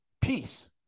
peace